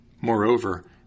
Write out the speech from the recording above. Moreover